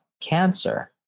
cancer